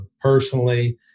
personally